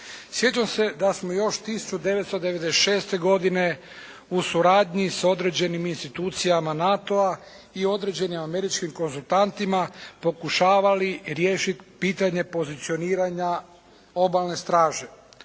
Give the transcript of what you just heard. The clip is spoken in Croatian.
Sjećam se da smo još 1996. godine u suradnji s određenim institucijama NATO-a i određenim američkim konzultantima pokušavali riješit pitanje pozicioniranja Obalne straže.